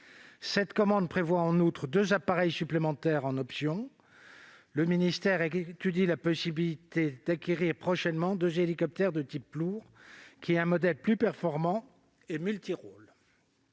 Cette commande prévoit en outre deux appareils supplémentaires en option. Le ministère étudie enfin la possibilité d'acquérir prochainement deux hélicoptères de type lourd, d'un modèle plus performant et multi-rôle.